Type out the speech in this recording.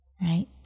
right